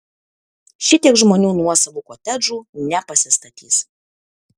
šitiek žmonių nuosavų kotedžų nepasistatys